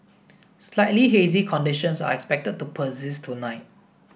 slightly hazy conditions are expected to persist tonight